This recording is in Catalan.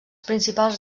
principals